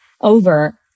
over